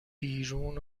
بیرون